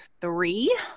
three